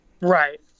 Right